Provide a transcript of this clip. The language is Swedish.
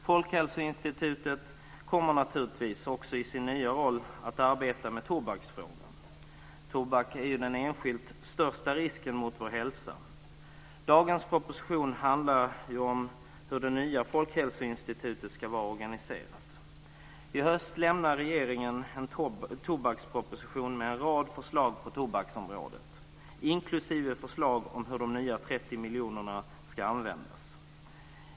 Folkhälsoinstitutet kommer naturligtvis också i sin nya roll att arbeta med tobaksfrågan. Tobak är ju den enskilt största risken mot vår hälsa. Dagens proposition handlar om hur det nya folkhälsoinstitutet ska vara organiserat. I höst lägger regeringen fram en tobaksproposition med en rad förslag på tobaksområdet, inklusive förslag om hur de 30 nya miljonerna ska användas.